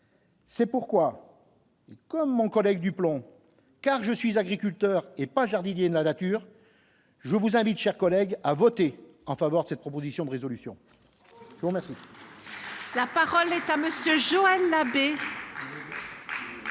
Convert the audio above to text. C'est pourquoi. Comme mon collègue du plomb car je suis agriculteur et pas jardinier de la nature, je vous invite, chers collègues à voter en faveur de cette proposition de résolution, je vous remercie.